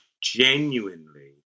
genuinely